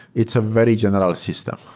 it's a very general system.